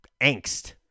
angst